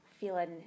feeling